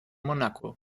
monaco